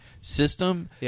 system